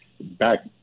back